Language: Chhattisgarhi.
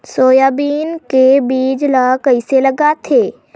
सोयाबीन के बीज ल कइसे लगाथे?